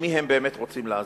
למי הם באמת רוצים לעזור?